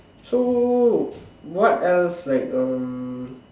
so what else like um